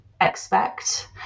expect